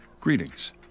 Greetings